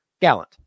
Gallant